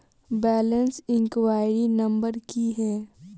Balance inquiry number की है?